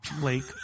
Lake